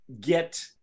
get